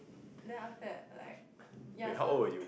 then after that like ya so